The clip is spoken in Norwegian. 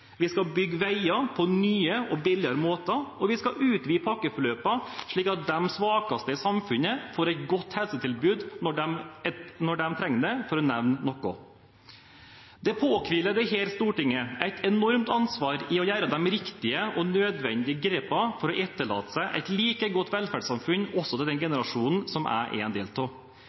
Vi skal bygge veier på nye og billigere måter, og vi skal utvide pakkeforløpene slik at de svakeste i samfunnet får et godt helsetilbud når de trenger det – for å nevne noe. Det påhviler dette stortinget et enormt ansvar for å gjøre de riktige og nødvendige grepene for å etterlate seg et like godt velferdssamfunn også til den generasjonen som jeg er en del av.